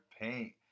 paint